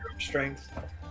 strength